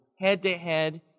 head-to-head